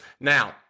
Now